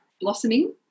blossoming